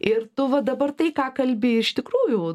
ir tu va dabar tai ką kalbi iš tikrųjų